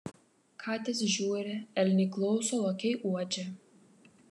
katės žiūri elniai klauso lokiai uodžia